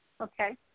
Okay